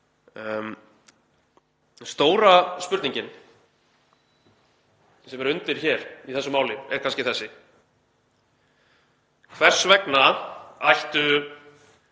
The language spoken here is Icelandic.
Stóra spurningin sem er undir í þessu máli er kannski þessi: Hvers vegna ættu